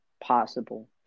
possible